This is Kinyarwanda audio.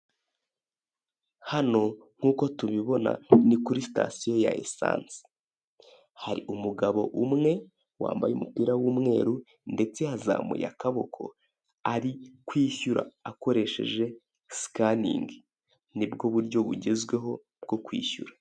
Hano nk'uko tubibona ni kuri sitasiyo hari umugabo umwe wambaye umupira w'umweru yazamuye akaboko ari kwishyura akoresheje sikaningi ya esanse nibwo buryo bugezweho bwo kwishyura.